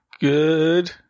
good